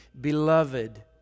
Beloved